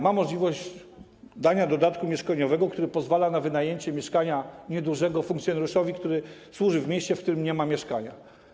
Ma możliwość przyznania dodatku mieszkaniowego, który pozwala na wynajęcie niedużego mieszkania funkcjonariuszowi, który służy w mieście, w którym nie ma mieszkania.